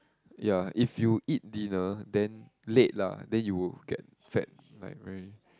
ya if you eat dinner then late lah that you will get fat like very